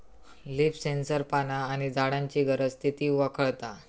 leaf sensor पाना आणि झाडांची गरज, स्थिती वळखता